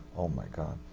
oh, my god.